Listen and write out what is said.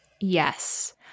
Yes